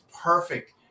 perfect